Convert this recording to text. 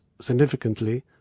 significantly